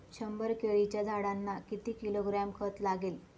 शंभर केळीच्या झाडांना किती किलोग्रॅम खत लागेल?